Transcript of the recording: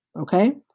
Okay